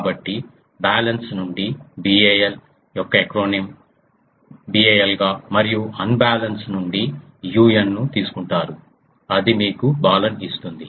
కాబట్టి బ్యాలెన్స్డ్ నుండి BAL యొక్క ఎక్రోనింస్ BAL గా మరియు ఆన్బ్యాలెన్స్డ్ నుండి UN ను తీసుకుంటారు అది మీకు బాలన్ ఇస్తుంది